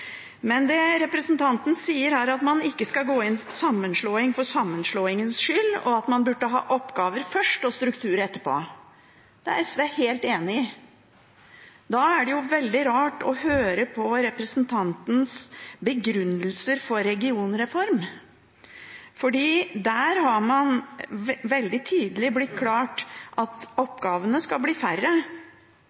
men det er litt spesielt at dette er en sak for Kristelig Folkeparti. Det representanten Toskedal sier om at man ikke skal gå inn for sammenslåing for sammenslåingens skyld, og at man burde ha oppgaver først og struktur etterpå, er SV helt enig i. Da er det veldig rart å høre representantens begrunnelser for en regionreform. Det ble veldig tidlig klart at oppgavene skal bli færre,